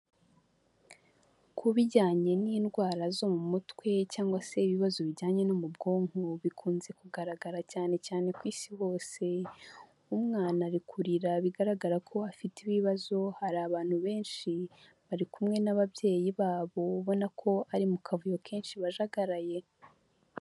Ku bijyanye n'indwara zo mu mutwe cyangwa se ibibazo bijyanye no mu bwonko, bikunze kugaragara cyane cyane ku Isi hose, umwana ari kurira bigaragara ko afite ibibazo, hari abantu benshi bari kumwe n'ababyeyi babo, ubona ko ari mu kavuyo kenshi bajagaraye.